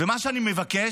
ומה שאני מבקש,